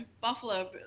buffalo